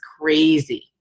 crazy